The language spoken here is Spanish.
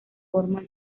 forma